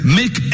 make